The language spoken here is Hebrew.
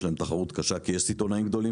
יש להם תחרות קשה כי יש סיטונאים גדולים